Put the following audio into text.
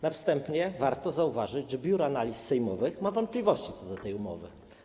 Na wstępie warto zauważyć, że Biuro Analiz Sejmowych ma wątpliwości co do tej umowy.